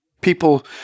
people